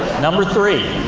number three